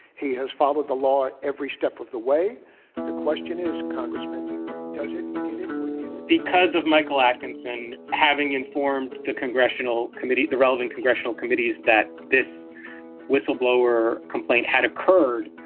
he has followed the law every step of the way question is congressman does it because of michael atkinson having informed the congressional committee the relevant congressional committees that this whistleblower complaint had occurred.